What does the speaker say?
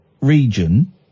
region